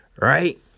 right